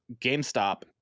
gamestop